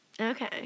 Okay